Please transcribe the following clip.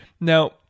now